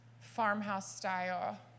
farmhouse-style